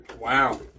Wow